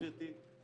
גברתי,